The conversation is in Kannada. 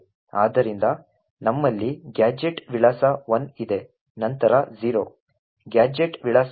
ಆದ್ದರಿಂದ ನಮ್ಮಲ್ಲಿ ಗ್ಯಾಜೆಟ್ ವಿಳಾಸ 1 ಇದೆ ನಂತರ 0 ಗ್ಯಾಜೆಟ್ ವಿಳಾಸ 2